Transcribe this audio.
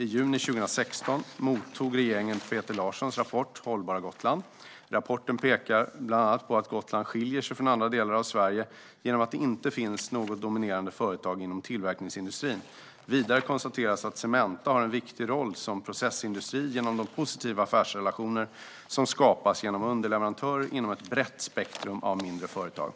I juni 2016 mottog regeringen Peter Larssons rapport Hållbara Gotland . Rapporten pekar bland annat på att Gotland skiljer sig från andra delar av Sverige genom att det inte finns något dominerande företag inom tillverkningsindustrin. Vidare konstateras att Cementa har en viktig roll som processindustri genom de positiva affärsrelationer som skapas gentemot underleverantörer inom ett brett spektrum av mindre företag.